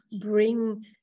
bring